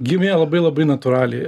gimė labai labai natūraliai